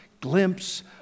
glimpse